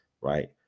right